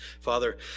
Father